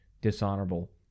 dishonorable